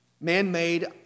man-made